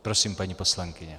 Prosím, paní poslankyně.